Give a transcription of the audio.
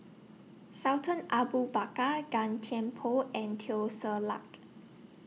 Sultan Abu Bakar Gan Thiam Poh and Teo Ser Luck